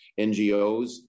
NGOs